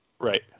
Right